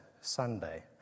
Sunday